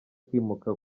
kwimuka